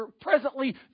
presently